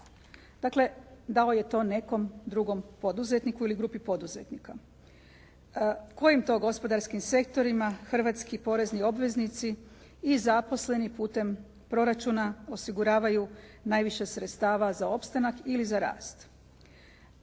Dakle, dao je to nekom drugom poduzetniku ili grupi poduzetnika. Kojim to gospodarskim sektorima hrvatski porezni obveznici i zaposleni putem proračuna osiguravaju najviše sredstava za opstanak ili za rast?